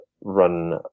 run